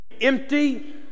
empty